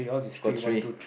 got tree